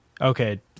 okay